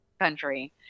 country